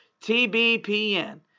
TBPN